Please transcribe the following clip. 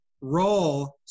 role